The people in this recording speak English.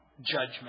judgment